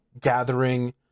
gathering